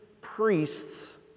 priests